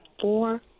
four